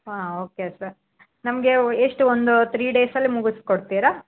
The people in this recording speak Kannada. ಹಾಂ ಓಕೆ ಸರ್ ನಮಗೆ ಎಷ್ಟು ಒಂದು ತ್ರೀ ಡೇಸಲ್ಲಿ ಮುಗಿಸ್ಕೊಡ್ತೀರಾ